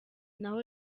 naho